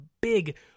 big